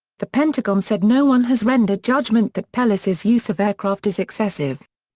the pentagon said no one has rendered judgment that pelosi's use of aircraft is excessive.